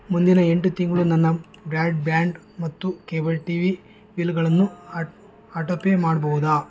ಮುಂದಿನ ಎಂಟು ತಿಂಗಳು ನನ್ನ ಬ್ರ್ಯಾಡ್ ಬ್ಯಾಂಡ್ ಮತ್ತು ಕೇಬಲ್ ಟಿವಿ ಬಿಲ್ಗಳನ್ನು ಆಟ್ ಆಟೋ ಪೇ ಮಾಡ್ಬೋದಾ